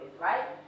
Right